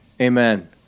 Amen